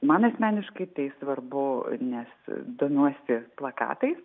man asmeniškai tai svarbu nes domiuosi plakatais